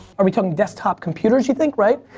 are we talking desktop computers, you think, right?